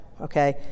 okay